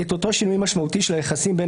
את אותו שינוי משמעותי של היחסים בין